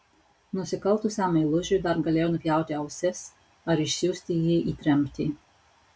nusikaltusiam meilužiui dar galėjo nupjauti ausis ar išsiųsti jį į tremtį